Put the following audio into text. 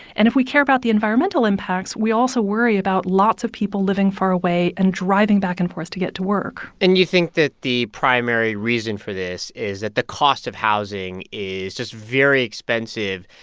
and if we care about the environmental impacts, we also worry about lots of people living far away and driving back and forth to get to work and you think that the primary reason for this is that the cost of housing is just very expensive,